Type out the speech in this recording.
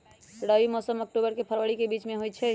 रबी मौसम अक्टूबर से फ़रवरी के बीच में होई छई